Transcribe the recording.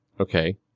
Okay